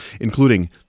including